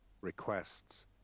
Requests